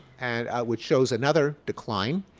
and which shows another decline.